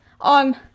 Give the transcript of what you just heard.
on